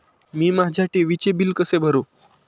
मी माझ्या टी.व्ही चे बिल कसे भरू?